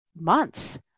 months